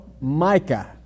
Micah